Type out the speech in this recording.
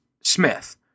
smith